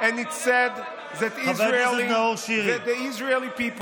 זה מראה כמה אתה חושש מהעולם.